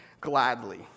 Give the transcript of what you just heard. gladly